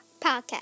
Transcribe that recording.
Podcast